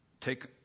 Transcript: take